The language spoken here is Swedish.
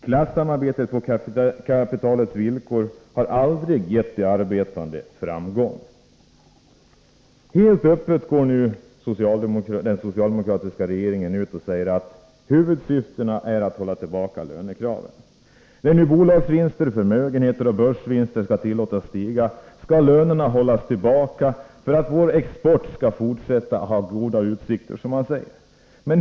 Klassamarbete på kapitalets villkor har aldrig gett de arbetande framgång. Helt öppet går nu den socialdemokratiska regeringen ut och säger att huvudsyftet är att hålla tillbaka lönekraven. När nu bolagsvinster, förmögenheter och börsvinster skall tillåtas öka, skall lönerna hållas tillbaka för att vår export skall fortsätta att ha goda utsikter, som man säger.